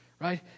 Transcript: right